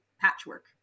patchwork